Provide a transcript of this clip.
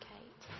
Kate